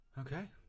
Okay